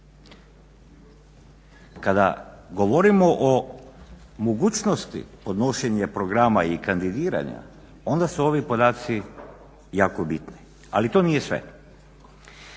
Kada govorimo o mogućnosti podnošenja programa i kandidiranja onda su ovi podaci jako bitni, ali to nije sve.